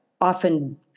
often